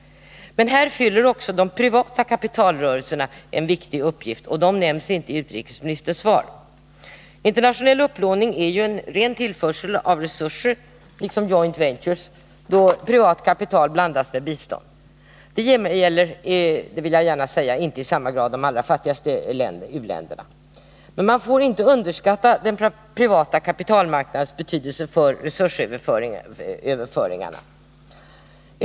Men här fyller också de privata kapitalrörelserna en uppgift, och det nämns inte i utrikesministerns svar. Internationell upplåning är ju en ren tillförsel av resurser, liksom joint ventures, då privat kapital blandas med bistånd. Det gäller — det vill jag gärna säga — inte i samma grad de allra fattigaste u-länderna. Men man får inte underskatta den privata kapitalmarknadens betydelse för resursöverföringarna.